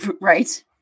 Right